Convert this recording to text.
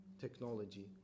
technology